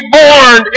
born